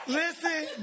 listen